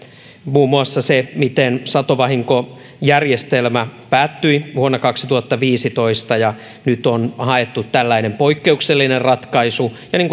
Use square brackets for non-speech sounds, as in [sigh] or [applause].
muun muassa se miten satovahinkojärjestelmä päättyi vuonna kaksituhattaviisitoista ja nyt on haettu tällainen poikkeuksellinen ratkaisu niin [unintelligible]